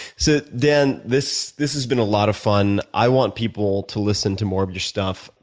so dan, this this has been a lot of fun. i want people to listen to more of your stuff.